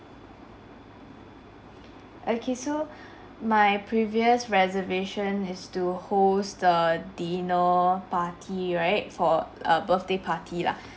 okay so my previous reservation is to host the dinner party right for a birthday party lah